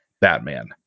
Batman